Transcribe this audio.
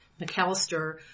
McAllister